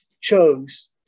chose